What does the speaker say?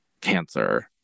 cancer